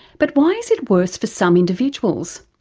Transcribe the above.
but why is it worse for some individuals?